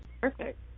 Perfect